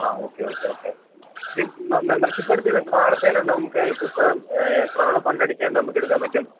ആ okay okay okay അപ്പം ഈ മെമ്പർഷിപ്പ് എടുത്താൽ ഇതെത്ര നാളത്തേനുണ്ടാവും നമുക്ക് ഈ പുസ്തകം എത്ര നാൾ ഫണ്ട് അടക്കാണ്ട് നമുക്ക് എടുക്കാൻ പറ്റും